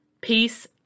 Peace